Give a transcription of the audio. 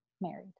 married